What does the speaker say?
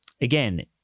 Again